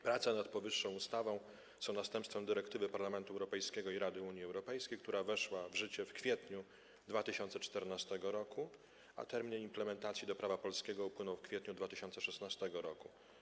Prace nad powyższą ustawą są następstwem dyrektywy Parlamentu Europejskiego i Rady Unii Europejskiej, która weszła w życie w kwietniu 2014 r., a termin jej implementacji do prawa polskiego upłynął w kwietniu 2016 r.